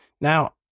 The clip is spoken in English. Now